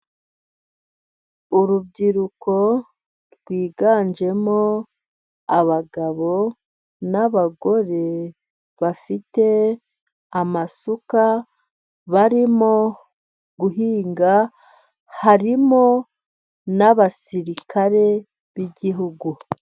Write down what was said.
Urubyiruko rwiganjemo abagabo n'abagore, bafite amasuka barimo guhinga. Harimo n'abasirikare b'igihugu.